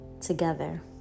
together